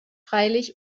freilich